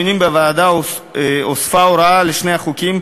בדיונים בוועדה הוספה הוראה לשני החוקים,